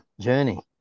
journey